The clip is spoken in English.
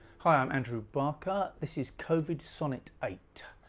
hi, i'm andrew barker this is covid sonnet eight.